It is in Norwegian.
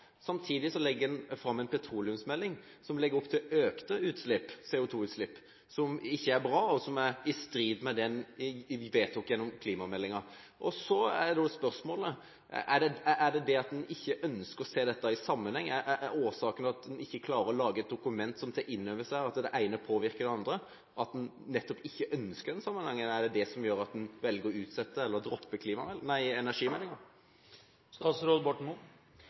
legger en fram en petroleumsmelding som legger opp til økte CO2-utslipp, som ikke er bra, og som er i strid med det en vedtok gjennom klimameldingen. Da er spørsmålet: Er det det at en ikke ønsker å se dette i sammenheng, som er årsaken til at en ikke klarer å lage et dokument som tar inn over seg at det ene påvirker det andre? Det at en nettopp ikke ønsker den sammenhengen, er det det som gjør at en velger å utsette eller droppe